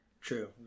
True